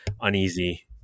uneasy